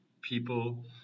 people